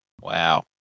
Wow